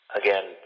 again